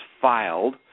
filed